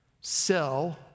Sell